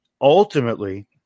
ultimately